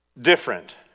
different